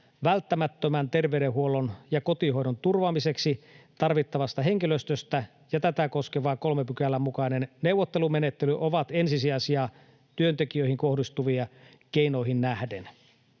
välttämättömän terveydenhuollon ja kotihoidon turvaamiseksi tarvittavasta henkilöstöstä ja tätä koskeva 3 §:n mukainen neuvottelumenettely ovat ensisijaisia työntekijöihin kohdistuviin keinoihin nähden.